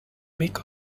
make